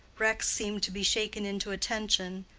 rex seemed to be shaken into attention,